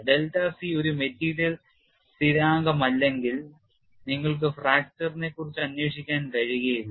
delta c ഒരു material സ്ഥിരാങ്കമല്ലെങ്കിൽ നിങ്ങൾക്ക് ഫ്രാക്ചർ നെക്കുറിച്ച് അന്വേഷിക്കാൻ കഴിയില്ല